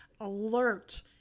alert